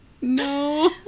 No